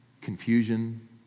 confusion